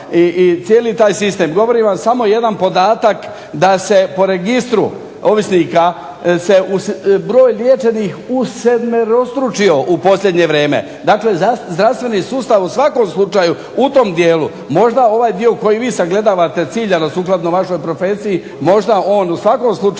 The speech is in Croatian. i cijeli taj sistem. Govorim vam samo jedan podatak da se po registru ovisnika broj liječenih usedmerostručio u posljednje vrijeme. Dakle zdravstveni sustav u svakom slučaju u tom dijelu, možda ovaj dio koji vi sagledavate ciljano sukladno vašoj profesiji, možda on u svakom slučaju